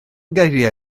geiriau